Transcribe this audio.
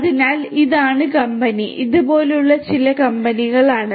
അതിനാൽ ഇതാണ് കമ്പനി ഇത് ഇതുപോലുള്ള ചില കമ്പനികളാണ്